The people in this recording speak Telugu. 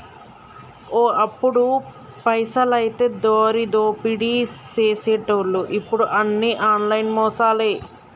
ఓ అప్పుడు పైసలైతే దారిదోపిడీ సేసెటోళ్లు ఇప్పుడు అన్ని ఆన్లైన్ మోసాలే